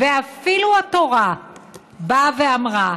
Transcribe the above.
ואפילו התורה באה ואמרה: